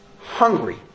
Hungry